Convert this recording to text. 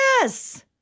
Yes